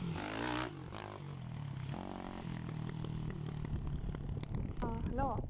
ꯑꯥ hello